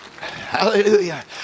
hallelujah